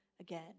again